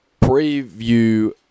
preview